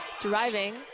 driving